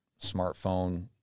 smartphone